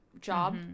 Job